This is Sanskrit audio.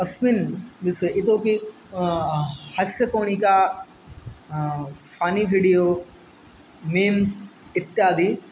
अस्मिन् विस् इतोऽपि हास्यकोणिका फ़न्नी वीडियो मीम्स् इत्यादि